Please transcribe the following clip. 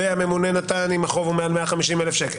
והממונה נתן אם החוב הוא מעל 150,000 שקל,